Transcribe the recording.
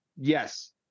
Yes